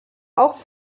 auch